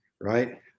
Right